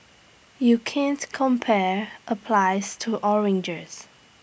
you can't compare applies to oranges